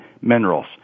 minerals